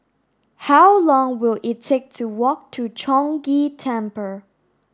how long will it take to walk to Chong Ghee Temple